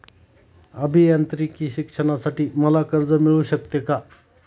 अभियांत्रिकी शिक्षणासाठी मला कर्ज मिळू शकते का?